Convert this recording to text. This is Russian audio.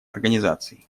организаций